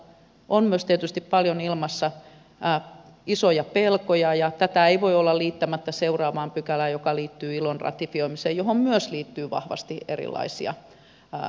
on myös tietysti paljon ilmassa isoja pelkoja ja tätä ei voi olla liittämättä seuraavaan pykälään joka liittyy ilon ratifioimiseen johon myös liittyy vahvasti erilaisia pelkoja